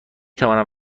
توانم